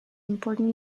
important